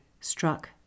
struck